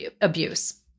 abuse